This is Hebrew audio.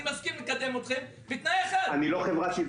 מסכים לקדם אותם בתנאי אחד --- אני לא חברת אידוי.